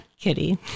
Kitty